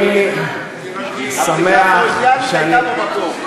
אני שמח שאני